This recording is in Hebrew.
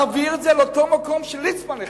להעביר את זה לאותו מקום שליצמן החליט.